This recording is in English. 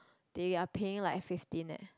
they are paying like fifteen eh